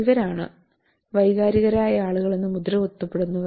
ഇവരാണ് വൈകാരികരായ ആളുകൾ എന്ന് മുദ്രകുത്തപ്പെടുന്നവർ